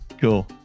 Cool